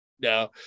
No